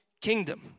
kingdom